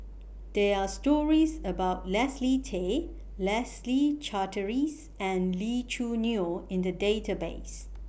There Are stories about Leslie Tay Leslie Charteris and Lee Choo Neo in The Database